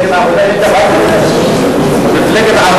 מולה,